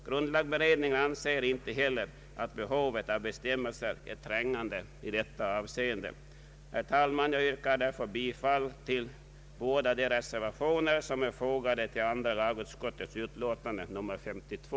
Grundlagberedningen anser inte heller att behovet av bestämmelser är trängande i detta avseende. Herr talman! Jag yrkar därför bifall till båda de reservationer som är fogade till andra lagutskottets utlåtande nr 52.